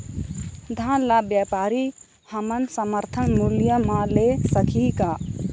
धान ला व्यापारी हमन समर्थन मूल्य म ले सकही का?